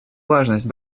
важность